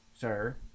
sir